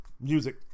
Music